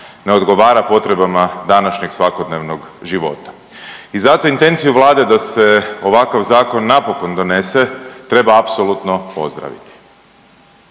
ne odgovara potrebama današnjeg svakodnevnog života. I zato intenciju Vlade da se ovakav zakon napokon donese treba apsolutno pozdraviti,